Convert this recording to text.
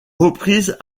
reprises